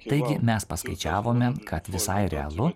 taigi mes paskaičiavome kad visai realu